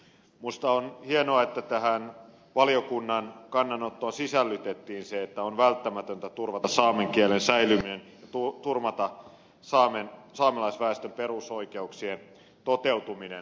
minusta on hienoa että tähän valiokunnan kannanottoon sisällytettiin se että on välttämätöntä turvata saamen kielen säilyminen ja turvata saamelaisväestön perusoikeuksien toteutuminen